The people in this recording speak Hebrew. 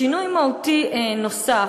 שינוי מהותי נוסף,